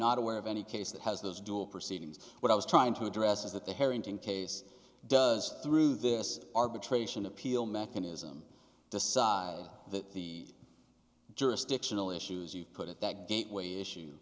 not aware of any case that has those dual proceedings what i was trying to address is that the harrington case does through this arbitration appeal mechanism decide that the jurisdictional issues you put it that gateway issue